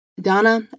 Donna